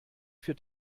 für